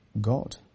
God